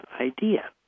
idea